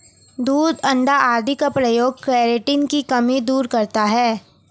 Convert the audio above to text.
दूध अण्डा आदि का प्रयोग केराटिन की कमी दूर करता है